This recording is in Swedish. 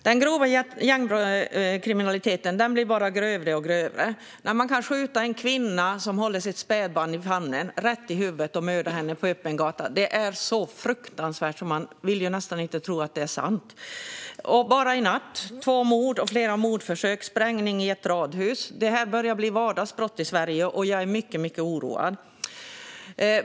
Fru talman! Den grova gängkriminaliteten blir bara grövre och grövre. När man kan mörda en kvinna som håller sitt spädbarn i famnen genom att skjuta henne i huvudet på öppen gata är det så fruktansvärt att man nästan inte vill tro att det är sant. Bara i natt var det två mord och flera mordförsök samt sprängning i ett radhus. Detta börjar bli vardagsbrott i Sverige, och jag är mycket oroad.